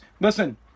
listen